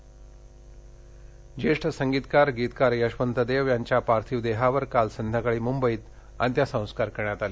यशवंत देव ज्येष्ठ संगीतकार गीतकार यशवंत देव याच्या पार्थिव देहावर काल संध्याकाळी मुंबईत अत्यसस्कार करण्यात आले